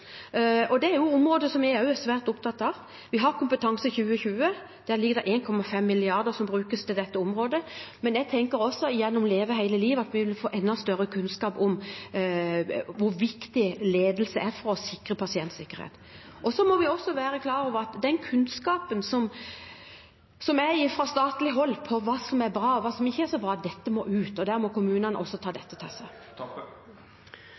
og dette er jo områder som vi også er svært opptatt av. Vi har Kompetanseløft 2020, og der ligger det 1,5 mrd. kr som brukes på dette området. Men jeg tenker også at vi gjennom Leve hele livet vil få enda større kunnskap om hvor viktig ledelse er for å sikre pasientsikkerhet. Vi må også være klar over at den kunnskapen som finnes på statlig hold, om hva som er bra, og hva som ikke er så bra, må ut, og der må også kommunene ta dette til seg. Eg er veldig einig i det